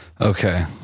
Okay